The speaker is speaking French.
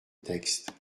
texte